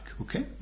Okay